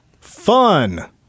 Fun